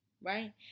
right